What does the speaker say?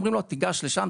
אומרים לו "תיגש לשם,